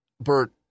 Bert